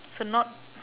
so not